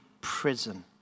prison